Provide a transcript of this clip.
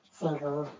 single